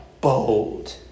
Bold